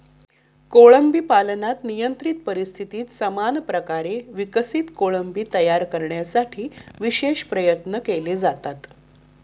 कोळंबी पालनात नियंत्रित परिस्थितीत समान प्रकारे विकसित कोळंबी तयार करण्यासाठी विशेष प्रयत्न केले जातात